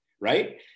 right